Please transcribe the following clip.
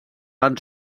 van